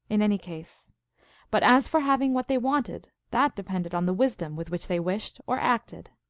in any case but as for hav ing what they wanted, that depended on the wisdom with which they wished or acted.